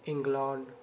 England